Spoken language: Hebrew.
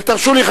תרשו לי,